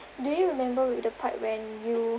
do you remember with the part when you